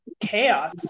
chaos